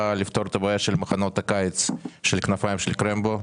לפתור את בעיית מחנות הקיץ של כנפיים של קרבו?